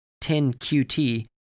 10QT